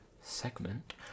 segment